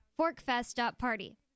forkfest.party